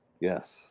Yes